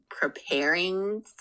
preparing